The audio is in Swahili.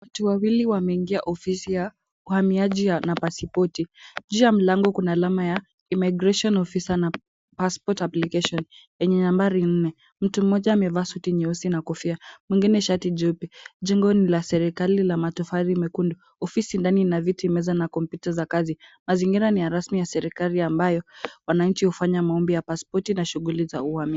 Watu wawili wameingia ofisi ya uhamiaji na pasipoti. Juu ya mlango kuna alama ya immigration officer na passport application yenye nambari 4. Mtu mmoja amevaa suti nyeusi na kofia mwingine shati jeupe. Jengo ni la serikali la matofali mekundu. Ofisi ndani ina viti, meza na komputa za kazi. Mazingira ni ya rasmi ya serikali ambayo wananchi hufanya maombi ya pasipoti na shughili za uhamiaji.